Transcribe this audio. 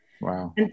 Wow